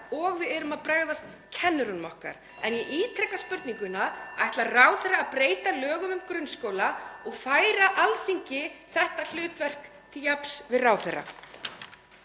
og við erum að bregðast kennurunum okkar. (Forseti hringir.) Ég ítreka spurninguna: Ætlar ráðherra að breyta lögum um grunnskóla og færa Alþingi þetta hlutverk til jafns við ráðherra?